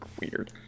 Weird